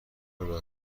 نوع